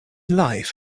life